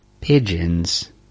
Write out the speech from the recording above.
pigeons